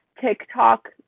tiktok